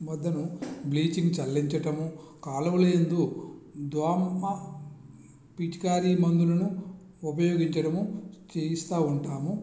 మొత్తమూ bleaching చల్లించటము కాలువల యందు దోమ పిచికారి మందులను ఉపయోగించడము చేయిస్తూ ఉంటాము